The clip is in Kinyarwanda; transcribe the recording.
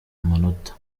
amanota